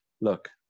Look